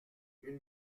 une